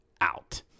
out